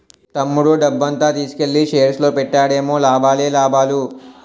తమ్ముడు డబ్బంతా తీసుకెల్లి షేర్స్ లో పెట్టాడేమో లాభాలే లాభాలు